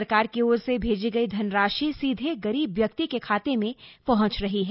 सरकार की ओर से भेजी गई धनराशि सीधे गरीब व्यक्ति के खाते में पहुंच रही है